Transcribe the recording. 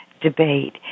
debate